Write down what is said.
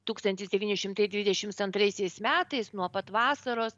tūkstantis devyni šimtai dvidešims antraisiais metais nuo pat vasaros